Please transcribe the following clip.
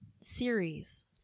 series